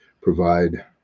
provide